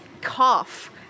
cough